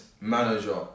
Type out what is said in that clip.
manager